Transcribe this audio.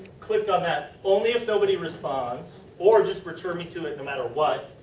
click on that. only if nobody responds or just return me to it no matter what.